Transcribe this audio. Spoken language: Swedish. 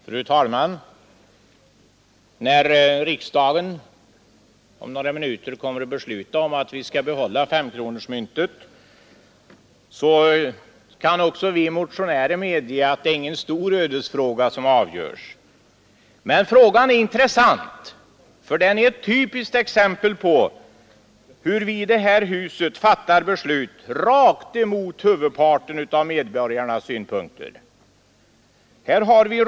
Fru talman! När riksdagen om några minuter kommer att besluta om att vi skall behålla femkronemyntet kan också vi motionärer medge att det inte är någon stor ödesfråga som avgörs. Men frågan är intressant, ty den är ett typiskt exempel på hur vi i det här huset fattar beslut rakt emot synpunkterna från huvudparten av medborgarna.